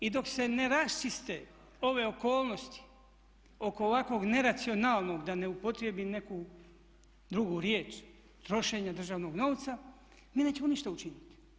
I dok se ne raščiste ove okolnosti oko ovakvog neracionalnog da ne upotrijebim neku drugu riječ trošenja državnog novca mi nećemo ništa učiniti.